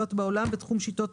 תכתוב,